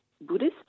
Buddhist